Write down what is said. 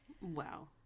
Wow